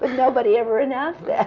but nobody ever announced that.